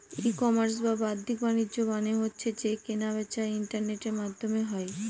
ই commerce বা বাদ্দিক বাণিজ্য মানে হচ্ছে যে কেনা বেচা ইন্টারনেটের মাধ্যমে হয়